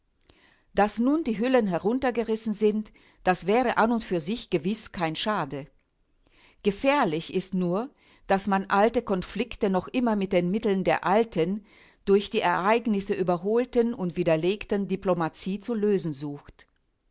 daß nun die hüllen heruntergerissen sind das wäre an und für sich gewiß kein schade gefährlich ist nur daß man alle konflikte noch immer mit den mitteln der alten durch die ereignisse überholten und widerlegten diplomatie zu lösen sucht